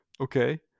okay